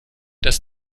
das